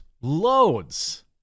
loads